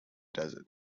desert